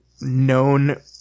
known